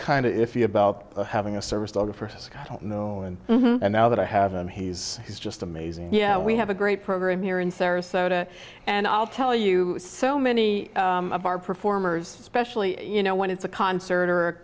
kind of if you about having a service dog first i don't know and and now that i have and he's he's just amazing yeah we have a great program here in sarasota and i'll tell you so many of our performers especially you know when it's a concert or